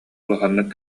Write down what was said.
улаханнык